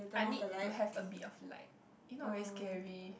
I need to have a bit of light if not very scary